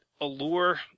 allure